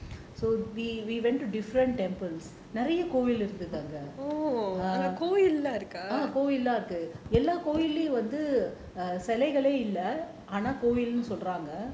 so we went to different temples நிறையா கோயில் இருந்துது அங்க கோவில் எல்லாம் இருக்கு எல்லா கோயில்லையும் வந்து சிலைகளே இல்ல ஆனா கோயில்னு சொல்றாங்க:niraiyaa koyil irunthathu anga kovil ellaam iruku ella koyilaiyum vanthu silaikalae illa aana koyilnu solraanga